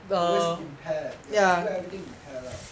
always in pair ya do everything in pair lah